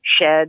shed